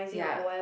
ya